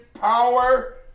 power